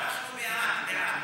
אנחנו בעד, בעד.